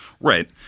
Right